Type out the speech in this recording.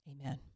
Amen